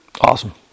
Awesome